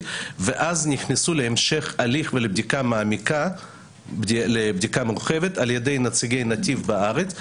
ואז נכנסו להמשך הליך ובדיקה מורחבת על ידי נציגי נתיב בארץ.